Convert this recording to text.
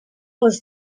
was